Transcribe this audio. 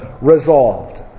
resolved